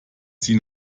sie